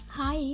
hi